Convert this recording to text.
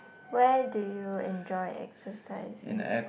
where do you enjoy exercising